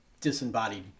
disembodied